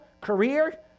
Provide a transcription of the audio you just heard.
career